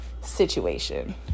situation